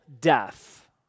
death